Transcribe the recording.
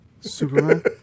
Superman